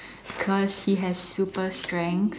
because he has super strength